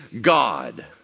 God